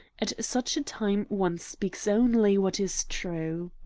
at such a time one speaks only what is true.